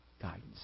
guidance